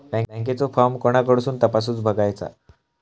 बँकेचो फार्म कोणाकडसून तपासूच बगायचा?